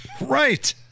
Right